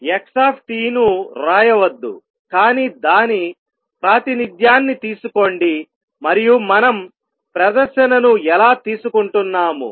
x ను వ్రాయవద్దు కానీ దాని ప్రాతినిధ్యాన్ని తీసుకోండి మరియు మనం ప్రదర్శనను ఎలా తీసుకుంటున్నాము